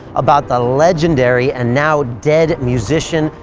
about the legendary and now dead musician,